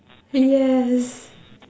yes